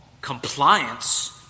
compliance